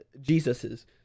Jesus's